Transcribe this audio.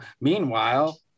meanwhile –